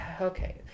okay